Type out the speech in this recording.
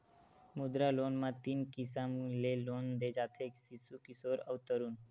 मुद्रा लोन म तीन किसम ले लोन दे जाथे सिसु, किसोर अउ तरून